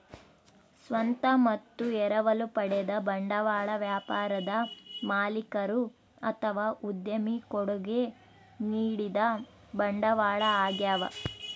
ಸ್ವಂತ ಮತ್ತು ಎರವಲು ಪಡೆದ ಬಂಡವಾಳ ವ್ಯಾಪಾರದ ಮಾಲೀಕರು ಅಥವಾ ಉದ್ಯಮಿ ಕೊಡುಗೆ ನೀಡಿದ ಬಂಡವಾಳ ಆಗ್ಯವ